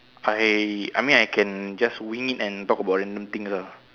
I I mean I can just wing it and talk about random things ah